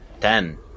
Ten